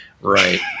Right